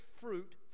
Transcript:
fruit